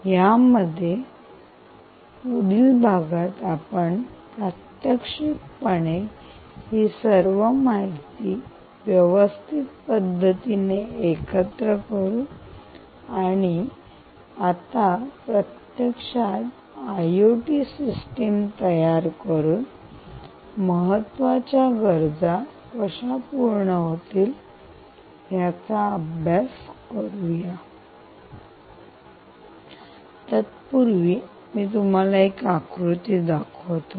यापुढील भागात आपण प्रात्यक्षिकपणे ही सर्व माहिती व्यवस्थित पद्धतीने एकत्र करणे आणि आता पण प्रत्यक्षात आयोटि सिस्टिम तयार करून महत्त्वाच्या गरजा गरजा कशा पूर्ण होतील याचा अभ्यास करूया तत्पूर्वी मी तुम्हाला एक आकृती दाखवतो